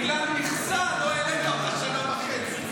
בגלל מכסה לא העלית אותו שנה וחצי.